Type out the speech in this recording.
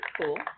cool